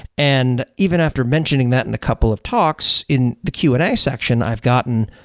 and even after mentioning that in a couple of talks in the q and a section, i've gotten,